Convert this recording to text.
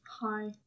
Hi